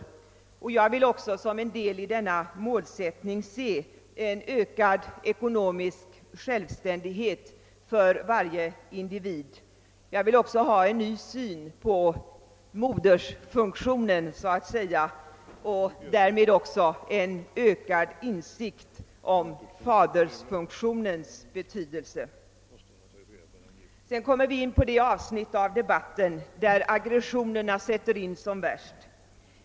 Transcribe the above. Jag vill som en del av denna målsättning se en ökad ekonomisk självständighet för varje individ. Jag vill även ha en ny syn på modersfunktionen och därmed också ökad insikt av fadersfunktionens betydelse. Jag kommer sedan in på det avsnitt av debatten där aggressionerna sätter in som värst.